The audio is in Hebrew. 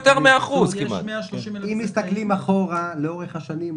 יותר 100%. אם מסתכלים אחורה לאורך השנים,